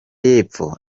y’epfo